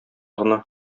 гына